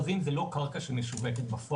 או לפרסם ולהגיד: תדעו לכם שאנחנו עובדים עכשיו.